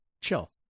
chill